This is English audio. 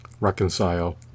reconcile